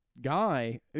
guy